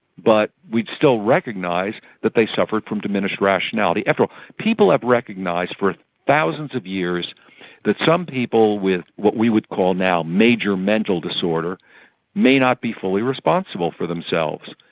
but we'd still recognise that they suffered from diminished rationality. after all, people have recognised for thousands of years that some people with what we would call now major mental disorder may not be fully responsible for themselves,